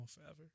forever